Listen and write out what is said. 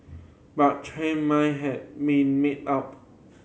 but Chen mind had been made up